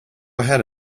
ahead